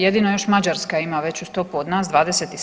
Jedino još Mađarska ima veću stopu od nas 27%